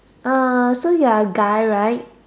uh so you are a guy right